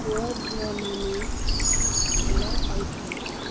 ପୁଅ ଝିଅମାନେ ଭଲପାଇଥାନ୍ତି